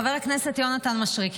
חבר הכנסת יונתן מישרקי,